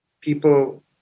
people